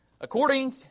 According